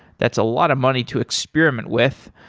that's a lot of money to experiment with.